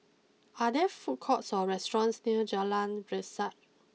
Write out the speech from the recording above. are there food courts or restaurants near Jalan Resak